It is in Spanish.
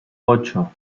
ocho